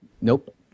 Nope